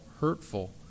hurtful